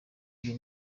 uyu